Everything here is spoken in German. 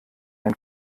ein